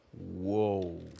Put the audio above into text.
Whoa